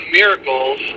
miracles